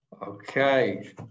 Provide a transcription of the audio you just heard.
Okay